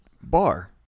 bar